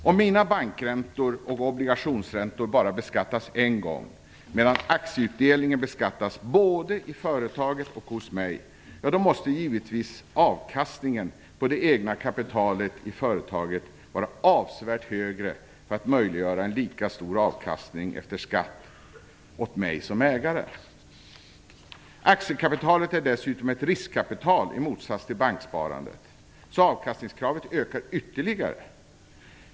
Om mina bankräntor och obligationsräntor bara beskattas en gång, medan aktieutdelningen beskattas både i företaget och hos mig, måste givetvis avkastningen på det egna kapitalet i företaget vara avsevärt högre för att möjliggöra en lika stor avkastning efter skatt åt mig som ägare. Aktiekapitalet är dessutom ett riskkapital i motsats till banksparandet, så avkastningskravet ökar ytterligare.